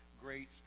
great